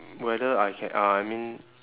whether I can uh I mean